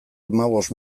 hamabost